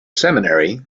seminary